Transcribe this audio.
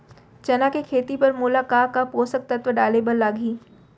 चना के खेती बर मोला का का पोसक तत्व डाले बर लागही?